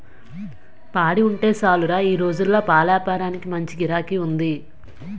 పాడి ఉంటే సాలురా ఈ రోజుల్లో పాలేపారానికి మంచి గిరాకీ ఉంది